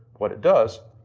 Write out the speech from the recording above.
what it does,